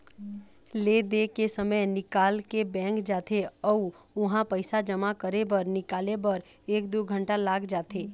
ले दे के समे निकाल के बैंक जाथे अउ उहां पइसा जमा करे बर निकाले बर एक दू घंटा लाग जाथे